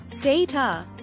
Data